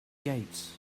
gates